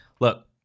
Look